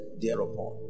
thereupon